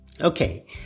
Okay